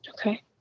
okay